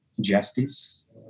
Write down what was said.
justice